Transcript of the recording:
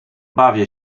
bawię